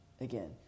again